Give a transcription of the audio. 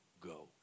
go